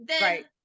Right